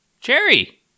Cherry